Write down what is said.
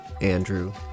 Andrew